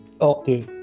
Okay